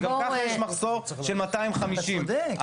גם ככה יש מחסור של 250. אתה צודק,